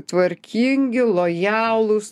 tvarkingi lojalūs